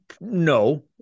No